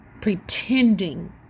Pretending